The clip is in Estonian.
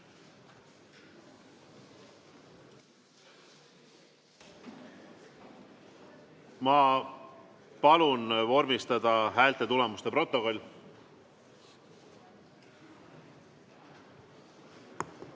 Palun vormistada hääletustulemuste protokoll.